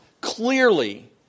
clearly